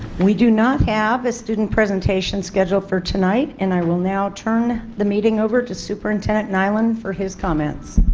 we do not have a student presentation scheduled for tonight, and i will now turn the meeting over to superintendent nyland for his comments.